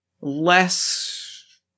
less